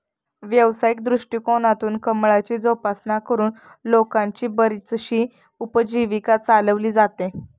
व्यावसायिक दृष्टिकोनातून कमळाची जोपासना करून लोकांची बरीचशी उपजीविका चालवली जाते